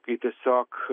kai tiesiog